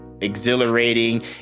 exhilarating